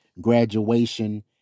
Graduation